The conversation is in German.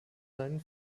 seinen